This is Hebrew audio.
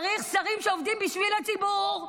צריך שרים שעובדים בשביל הציבור.